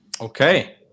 Okay